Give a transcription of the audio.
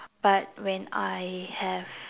but when I have